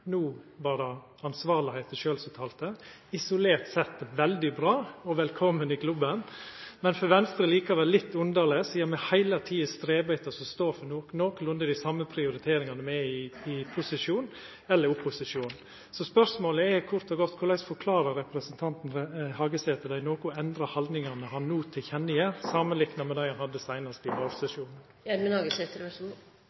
No var det ansvarlegheita sjølv som talte – isolert sett veldig bra, og velkommen i klubben. Men for Venstre er det likevel litt underleg, sidan me heile tida strevar etter å stå for nokolunde dei same prioriteringane når me er i posisjon – eller i opposisjon. Så spørsmålet er kort og godt: Korleis forklarar representanten Hagesæter dei noko endra haldningane han no gir til kjenne samanlikna med dei han hadde, seinast i